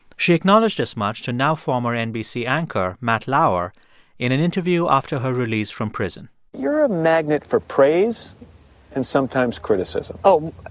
she acknowledged as much to now former nbc anchor matt lauer in an interview after her release from prison you're a magnet for praise and sometimes criticism oh,